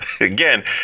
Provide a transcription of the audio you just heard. Again